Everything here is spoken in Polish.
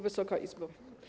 Wysoka Izbo!